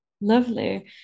Lovely